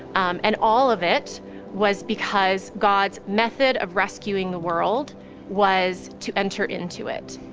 and all of it was because god's method of rescuing the world was to enter into it.